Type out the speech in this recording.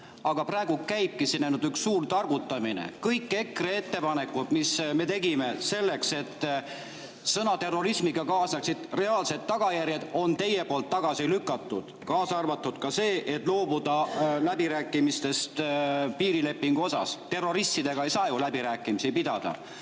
Aga praegu käibki siin ainult üks suur targutamine. Kõik EKRE ettepanekud, mis me tegime selleks, et sõnaga "terrorism" kaasneksid reaalsed tagajärjed, olete teie tagasi lükanud, kaasa arvatud selle, et loobuda läbirääkimistest piirilepingu üle. Terroristidega ei saa ju läbirääkimisi pidada.